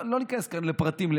לא ניכנס כאן לפרטים,